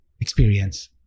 experience